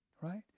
Right